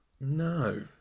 No